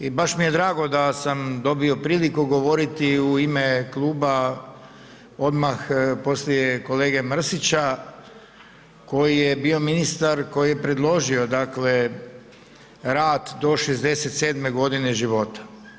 I baš mi je drago da sam dobio priliku govoriti u ime kluba odmah poslije kolege Mrsića koji je bio ministar koji je predložio rad do 67. godine života.